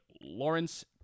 lawrence